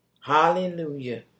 Hallelujah